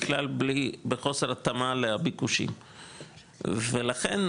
בכלל בחוסר התאמה לביקושים ולכן,